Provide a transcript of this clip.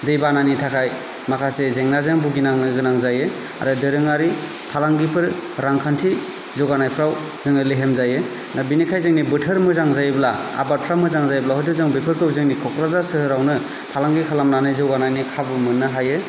दै बानानि थाखाय माखासे जेंनाजों भुगिनांनो गोनां जायो आरो दोरोङारि फालांगिफोर रांखान्थि जौगानायफ्राव जोङो लेहेम जायो दा बिनिखाय जोंनि बोथोर मोजां जायोब्ला आबादफ्रा मोजां जायोब्ला हयथ' जों बेफोरखौ जोंनि कक्राझार सोहोरावनो फालांगि खालामनानै जौगानायनि खाबु मोननो हायो